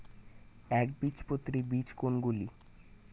একবীজপত্রী বীজ কোন গুলি?